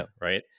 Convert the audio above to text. Right